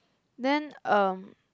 then um